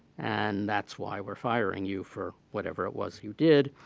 and that's why we're firing you for whatever it was you did.